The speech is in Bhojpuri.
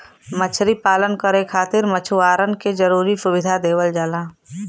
मछरी पालन करे खातिर मछुआरन के जरुरी सुविधा देवल जाला